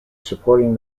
supporting